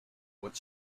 what